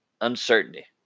uncertainty